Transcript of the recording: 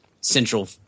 central